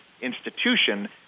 institution